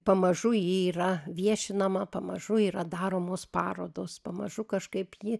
pamažu ji yra viešinama pamažu yra daromos parodos pamažu kažkaip ji